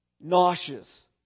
Nauseous